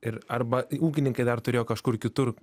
ir arba ūkininkai dar turėjo kažkur kitur